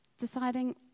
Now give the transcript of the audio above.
deciding